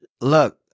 look